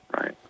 Right